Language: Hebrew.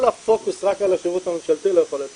כל הפוקוס רק על השירות הממשלתי לא יחולל את